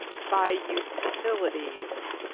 by utilities,